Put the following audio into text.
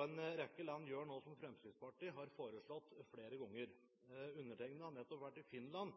En rekke land gjør nå som Fremskrittspartiet har foreslått flere ganger. Undertegnede har nettopp vært i Finland,